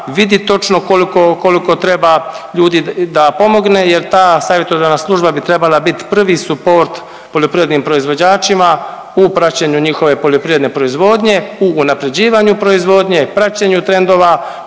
koliko, koliko treba ljudi da pomogne jer ta savjetodavna služba bi trebala bit prvi suport poljoprivrednim proizvođačima u praćenju njihove poljoprivrede proizvodnje, u unaprjeđivanju proizvodnje, praćenju trendova,